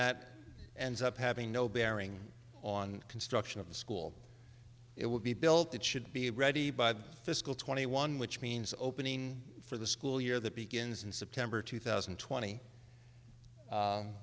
that ends up having no bearing on construction of the school it will be built it should be ready by the fiscal twenty one which means opening for the school year that begins in september two thousand and twenty